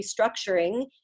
restructuring